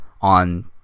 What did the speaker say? on